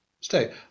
Stay